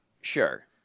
Sure